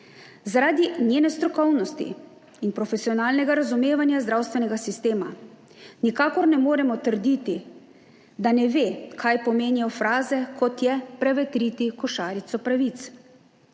Zaradi njene strokovnosti in profesionalnega razumevanja zdravstvenega sistema nikakor ne moremo trditi, da ne ve, kaj pomenijo fraze kot je prevetriti košarico pravic.